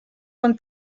con